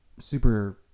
super